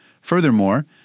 Furthermore